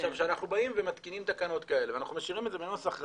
כשאנחנו באים ומתקינים תקנות כאלה ומשאירים את זה בנוסח 'רשאי'